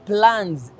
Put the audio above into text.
Plans